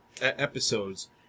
episodes